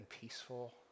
peaceful